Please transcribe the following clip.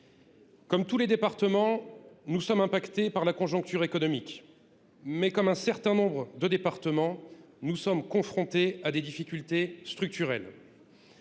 Comme tous les départements, nous sommes affectés par la conjoncture économique. Mais, comme un certain nombre d’entre eux, nous sommes confrontés à des difficultés structurelles.